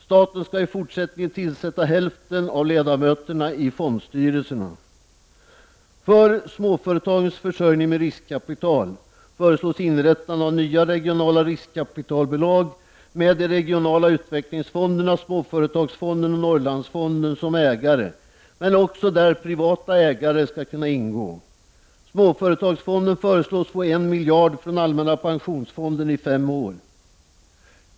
Staten skall i fortsättningen tillsätta hälften av ledamöterna i fondstyrelserna. För småföretagens försörjning med riskkapital föreslås inrättande av nya regionala riskkapitalbolag med de regionala utvecklingsfonderna, Småföretagsfonden och Norrlandsfonden som ägare men där också privata ägare skall kunna ingå. Småföretagsfonden föreslås få en miljard från allmänna pensionsfonden i fem år.